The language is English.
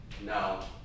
No